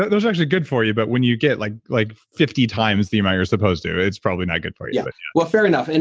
but those are actually good for you. but when you get like, like fifty times the amount you're supposed to, it's probably not good for yeah but you well, fair enough. and